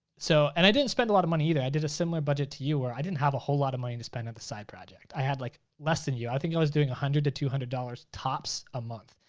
so, and i didn't spend a lot of money either. i did a similar budget to you, where i didn't have a whole lot of money to spend on the side project. i had like less than you. i think i was doing hundred to two hundred dollars tops a month.